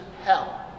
hell